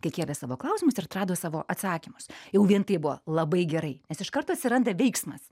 kai kėlė savo klausimus ir atrado savo atsakymus jau vien tai buvo labai gerai nes iš karto atsiranda veiksmas